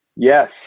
Yes